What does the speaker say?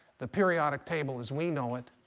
the periodic table as we know it.